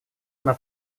она